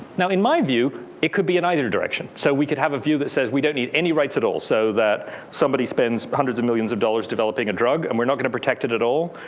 now in my view, it could be in either direction. so we could have a view that says, we don't need any rights at all. so that somebody spends hundreds of millions of dollars developing a drug, and we're not in a protected at all.